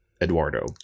Eduardo